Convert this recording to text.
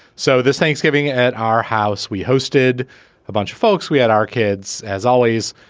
so this thanksgiving at our house, we hosted a bunch of folks. we had our kids, as always.